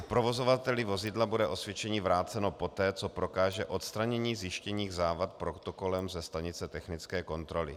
Provozovateli vozidla bude osvědčení vráceno poté, co prokáže odstranění zjištěných závad protokolem ze stanice technické kontroly.